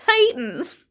Titans